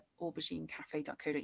auberginecafe.co.uk